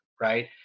right